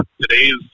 today's